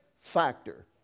factor